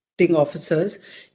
officers